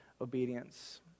obedience